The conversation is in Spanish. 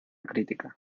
crítica